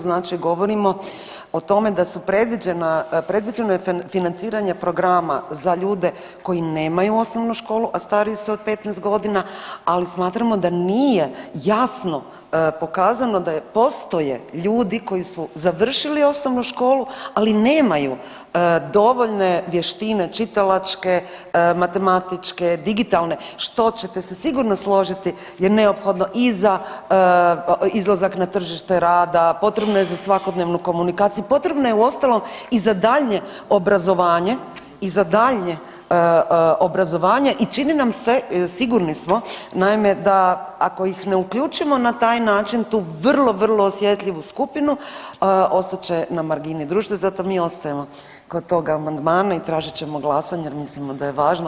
Znači govorimo o tome da su predviđena, predviđeno je financiranje programa za ljude koji nemaju osnovnu školu a stariju su od 15 godina, ali smatramo da nije jasno pokazano da postoje ljudi koji su završili osnovnu školu ali nemaju dovoljne vještine čitalačke, matematičke, digitalne što ćete se sigurno složiti je neophodno i za izlazak na tržište rada, potrebno je za svakodnevnu komunikaciju, potrebno je uostalom i za daljnje obrazovanje i za daljnje obrazovanje i čini nam se, sigurni smo naime da ako ih ne uključimo na taj način tu vrlo, vrlo osjetljivu skupinu ostat će na margini društva i zato mi ostajemo kod tog amandmana i tražit ćemo glasanje jer mislimo da je važno.